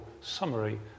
summary